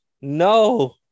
no